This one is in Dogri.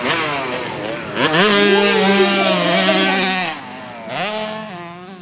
इ'यै कोई तिन चार ज्हार धोड़ी बस